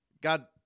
god